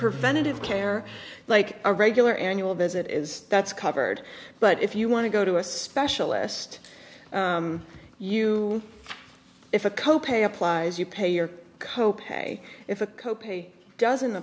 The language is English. preventative care like a regular annual visit is that's covered but if you want to go to a specialist you if a co pay applies you pay your co pay if a co pay doesn't